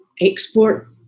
export